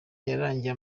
yarangiye